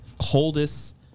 coldest